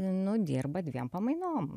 nu dirba dviem pamainom